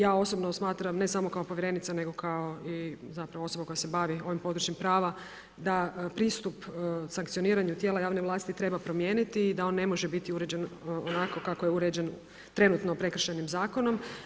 Ja osobno smatram ne samo kao povjerenica nego kao i zapravo osoba koja se bavi ovim područjem prava, da pristup sankcioniranju tijela javne vlasti treba promijeniti i da on ne može biti uređen onako kako je uređen trenutno Prekršajnim zakonom.